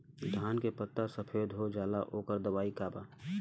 धान के पत्ता सफेद हो जाला ओकर दवाई का बा?